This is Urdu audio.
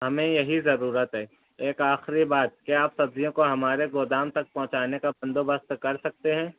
ہمیں یہی ضرورت ہے ایک آخری بات کیا آپ سبزیوں کو ہمارے گودام تک پہنچانے کا بندوبست کر سکتے ہیں